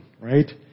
right